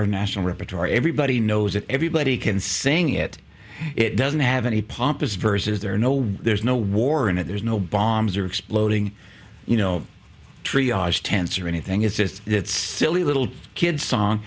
our national repertoire everybody knows it everybody can sing it it doesn't have any pompous verses there are no there's no war in it there's no bombs are exploding you know tree our tents or anything it's just it's silly little kid song